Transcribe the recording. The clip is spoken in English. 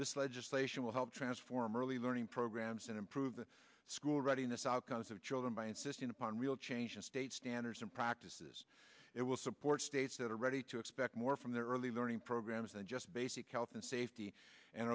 this legislation will help transform early learning programs and improve the school readiness outcomes of children by insisting upon real change in state standards and practices it will support states that are ready to expect more from their early learning programs than just basic health and safety and